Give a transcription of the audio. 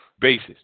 Basis